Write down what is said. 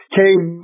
came